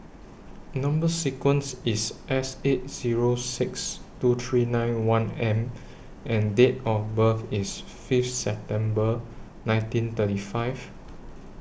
Number sequence IS S eight Zero six two three nine one M and Date of birth IS Fifth September nineteen thirty five